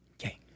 Okay